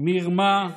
מרמה,